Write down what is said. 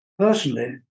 Personally